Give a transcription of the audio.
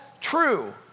true